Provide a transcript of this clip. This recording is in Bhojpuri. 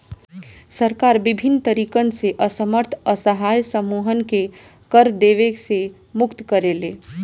सरकार बिभिन्न तरीकन से असमर्थ असहाय समूहन के कर देवे से मुक्त करेले